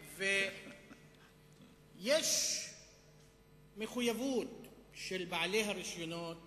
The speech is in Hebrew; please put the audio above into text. יש מחויבות של בעלי הרשיונות